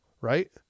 Right